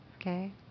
Okay